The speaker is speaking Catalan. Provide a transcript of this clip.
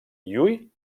hui